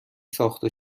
ساخته